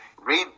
Read